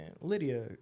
Lydia